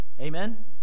Amen